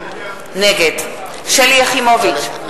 נגד שלי יחימוביץ,